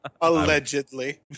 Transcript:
allegedly